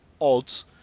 Odds